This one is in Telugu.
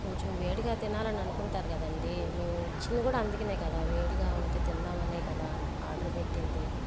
కొంచెం వేడిగా తినాలని అనుకుంటారు కదండీ మేం ఇచ్చింది కూడా అందుకనే కదా వేడిగా ఉంటే తిందామనే కదా ఆర్డర్ పెట్టింది